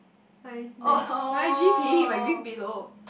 my my my G_P my green pillow